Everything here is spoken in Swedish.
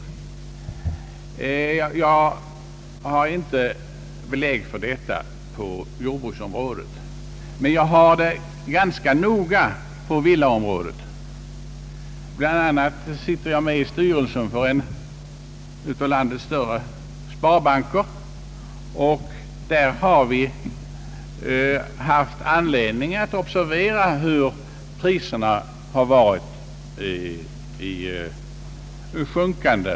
Jag har inte belägg för detta inom jordbruksområdet, men jag har det ganska noga inom villaområdet. Bl. a. sitter jag med i styrelsen för en av landets största sparbanker, och där har vi haft anledning att observera hur priserna varit i sjunkande.